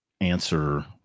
answer